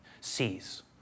sees